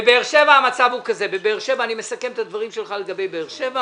בבאר שבע המצב הוא כזה אני מסכם את הדברים שלך לגבי באר שבע